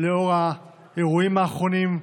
לנוכח האירועים האחרונים,